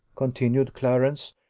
continued clarence,